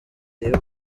yihuta